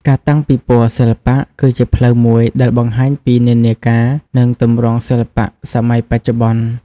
ការតាំងពិពណ៌សិល្បៈគឺជាផ្លូវមួយដែលបង្ហាញពីនិន្នាការ និងទម្រង់សិល្បៈសម័យបច្ចុប្បន្ន។